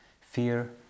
fear